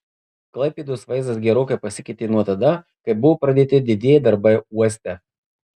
klaipėdos vaizdas gerokai pasikeitė nuo tada kai buvo pradėti didieji darbai uoste